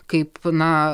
kaip na